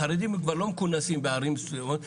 החרדים כבר לא מכונסים בערים מסוימות,